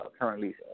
currently